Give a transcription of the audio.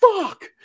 Fuck